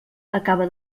acaba